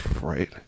right